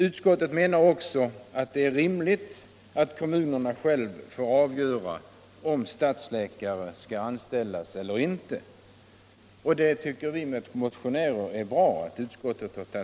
Utskottet anser också att det är rimligt att kommunerna själva får avgöra om stadsläkare skall anställas eller inle. Vi motionärer tycker att detta är bra.